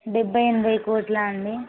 డెబ్బై ఎనభై కోట్లా అండి